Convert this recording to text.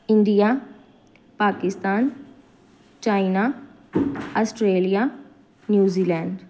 India Pakistan China Australia New Zealand